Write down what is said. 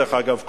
דרך אגב,